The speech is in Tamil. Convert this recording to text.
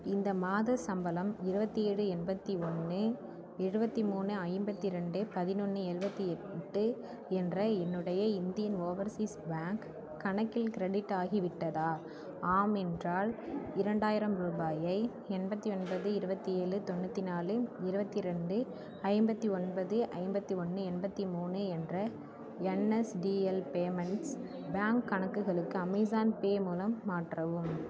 இந்த மாத சம்பளம் இருபத்தி ஏழு எண்பத்தி ஒன்று இருபத்தி மூணு ஐம்பத்தி ரெண்டு பதினொன்று எழுபத்தி எட்டு என்ற என்னுடைய இந்தியன் ஓவர்சீஸ் பேங்க் கணக்கில் க்ரெடிட் ஆகிவிட்டதா ஆம் என்றால் இரண்டாயிரம் ரூபாயை எண்பத்தி ஒன்பது இருபத்தி ஏழு தொண்ணூற்றி நாலு இருபத்தி ரெண்டு ஐம்பத்தி ஒன்பது ஐம்பத்தி ஒன்று எண்பத்தி மூணு என்ற என்எஸ்டிஎல் பேமெண்ட்ஸ் பேங்க் கணக்குகளுக்கு அமேஸான் பே மூலம் மாற்றவும்